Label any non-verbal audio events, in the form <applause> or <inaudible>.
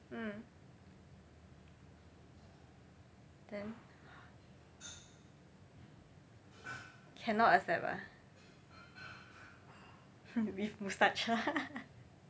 mm then cannot accept ah <laughs> with moustache <laughs>